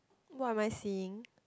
what am I seeing